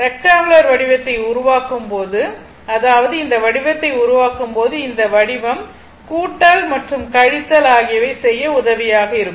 rectangular வடிவத்தை உருவாக்கும் போது அதாவது இந்த வடிவத்தை உருவாக்கும் போது இந்த வடிவம் கூட்டல் மற்றும் கழித்தல் ஆகியவை செய்ய உதவியாக இருக்கும்